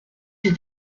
des